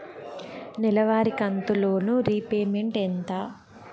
నెలవారి కంతు loan repayment ఎంత?